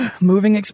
Moving